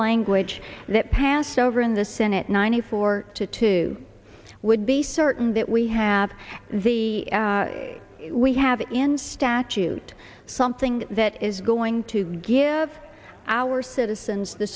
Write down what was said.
language that passed over in the senate ninety four to two would be certain that we have the we have in statute something that is going to give our citizens the